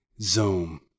Zoom